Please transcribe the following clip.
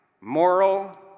moral